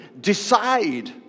decide